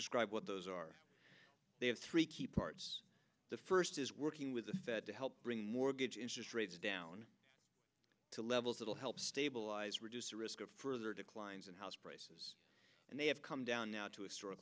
describe what those are they have three key parts the first is working with a set to help bring mortgage interest rates down to levels that will help stabilize reduce the risk of further declines in house prices and they have come down now to a story a